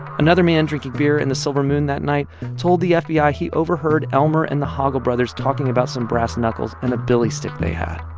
another man drinking beer in the silver moon that night told the fbi ah he overheard elmer and the hoggle brothers talking about some brass knuckles and a billy stick they had